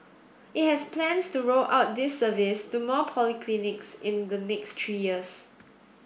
it has plans to roll out this service to more polyclinics in the next three years